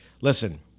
Listen